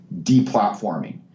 deplatforming